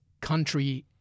country